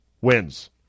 wins